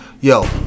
Yo